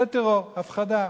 זה טרור, הפחדה.